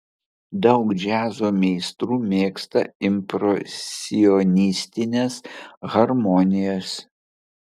daug džiazo meistrų mėgsta impresionistines harmonijas